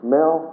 Mel